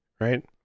right